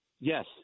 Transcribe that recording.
Yes